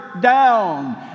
down